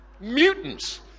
Mutants